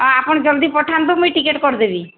ଆଁ ଆପଣ ଜଲ୍ଦି ପଠାନ୍ତୁ ମୁଇଁ ଟିକେଟ୍ କରିଦେବି